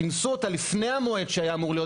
כינסו אותה לפני המועד שהיה אמור להיות